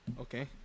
Okay